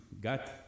got